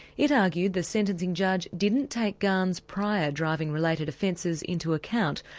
it argued the sentencing judge didn't take gany's prior driving-related offences into account,